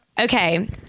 Okay